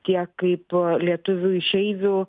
tiek kaip lietuvių išeivių